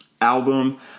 album